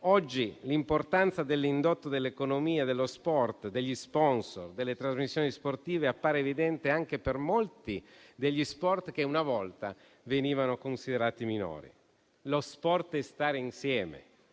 Oggi l'importanza dell'indotto dell'economia dello sport, degli *sponsor*, delle trasmissioni sportive appare evidente anche per molti degli sport che una volta venivano considerati minori. Lo sport è stare insieme.